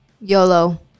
yolo